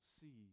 see